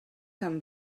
amb